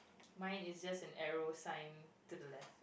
mine is just an arrow sign to the left